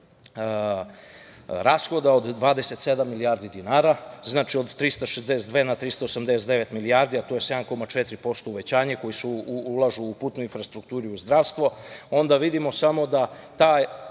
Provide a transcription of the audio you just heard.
od 27 milijardi dinara, znači od 362 na 389 milijardi, a to je 7,4% uvećanje koja se ulažu u putnu infrastrukturi u zdravstvo, onda vidimo samo da ta